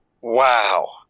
Wow